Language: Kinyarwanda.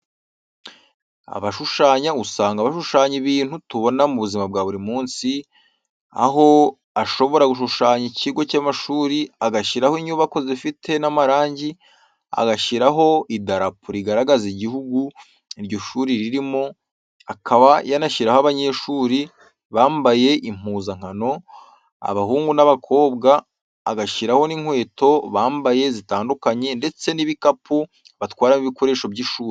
Abashushanya usanga bashushanya ibintu tubona mu buzima bwa buri munsi, aho ashobora gushushanya ikigo cy'amashuri agashyiramo inyubako zifite n'amarangi, agashyiraho idarapo rigaragaza igihugu iryo shuri ririmo, akaba yanashyiraho abanyeshuri bambaye impuzankano, abahungu n'abakobwa, agashyiraho n'inkweto bambaye zitandukanye, ndetse n'ibikapu batwaramo ibikoresho by'ishuri.